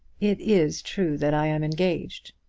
it is true that i am engaged.